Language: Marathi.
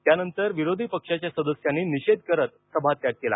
त्यानंतर विरोधी पक्षाच्या सदस्यांनी निषेध करत सभात्याग केला